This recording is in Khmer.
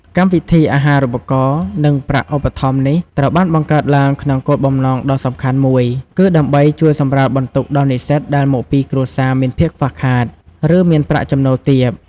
កម្មវិធីអាហារូបករណ៍ និងប្រាក់ឧបត្ថម្ភនេះត្រូវបានបង្កើតឡើងក្នុងគោលបំណងដ៏សំខាន់មួយគឺដើម្បីជួយសម្រាលបន្ទុកដល់និស្សិតដែលមកពីគ្រួសារមានភាពខ្វះខាត ឬមានប្រាក់ចំណូលទាប។